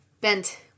bent